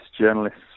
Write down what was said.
journalists